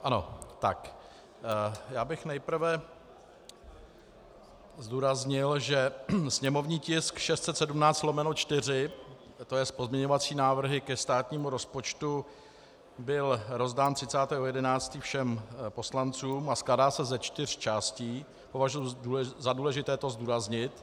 Ano, tak já bych nejprve zdůraznil, že sněmovní tisk 617/4, to jest pozměňovací návrhy ke státnímu rozpočtu, byl rozdán 30. 11. všem poslancům a skládá se ze čtyř částí považuji za důležité to zdůraznit.